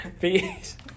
Peace